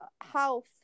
health